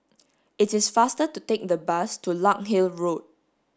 it's is faster to take the bus to Larkhill Road